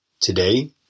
Today